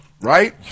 Right